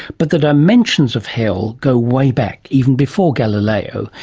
but the dimensions of hell go way back, even before galileo,